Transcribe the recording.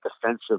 defensive